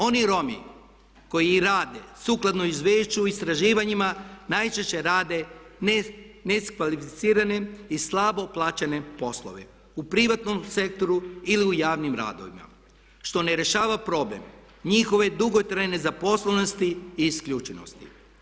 Oni Romi koji i rade sukladno izvješću, istraživanjima najčešće rade ne kvalificiranim i slabo plaćene poslove u privatnom sektoru ili u javnim radovima što ne rješava problem njihove dugotrajne zaposlenosti i isključenosti.